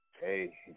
hey